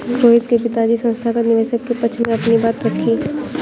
रोहित के पिताजी संस्थागत निवेशक के पक्ष में अपनी बात रखी